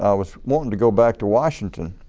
ah was wantin' to go back to washington.